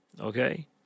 Okay